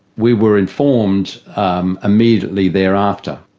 we were informed um immediately thereafter.